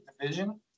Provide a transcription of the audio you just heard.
division